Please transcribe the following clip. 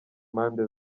mpande